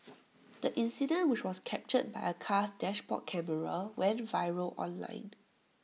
the incident which was captured by A car's dashboard camera went viral online